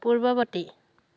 পূৰ্বৱৰ্তী